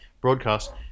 broadcast